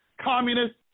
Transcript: communist